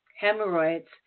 hemorrhoids